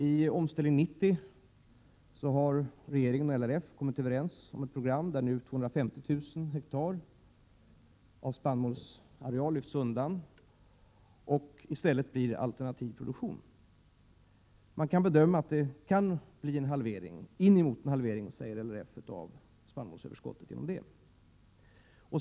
I Omställning 90 har regeringen och LRF kommit överens om ett program där 250 000 ha spannmålsareal lyfts undan för alternativ produktion. Man kan bedöma att det kan bli inemot en halvering, som LRF säger, av spannmålsöverskottet genom detta.